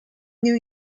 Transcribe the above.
new